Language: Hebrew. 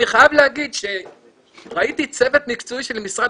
אני חייב להגיד שראיתי צוות מקצועי של משרד